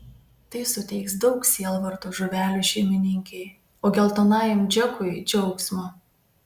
tai suteiks daug sielvarto žuvelių šeimininkei o geltonajam džekui džiaugsmo